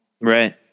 Right